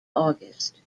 august